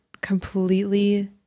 completely